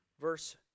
verse